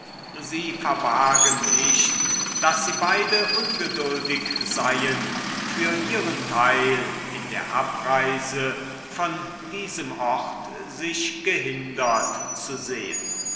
sie verbargen nicht daß sie beide ungeduldig seien für ihren teil in der abreise von diesem ort sich gehindert zu sehen